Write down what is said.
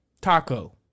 Taco